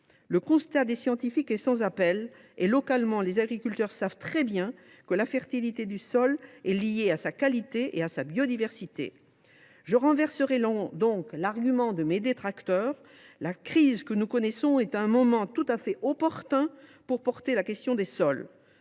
Le constat des scientifiques est sans appel et, localement, les agriculteurs savent très bien que la fertilité des sols est liée à leur qualité et à leur biodiversité. Je renverserai donc l’argument de mes détracteurs : la crise que nous connaissons est un moment tout à fait opportun pour poser la question des sols.